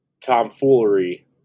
tomfoolery